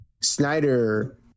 Snyder